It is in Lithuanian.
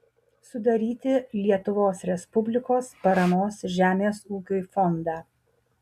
sudaryti lietuvos respublikos paramos žemės ūkiui fondą